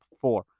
four